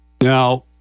Now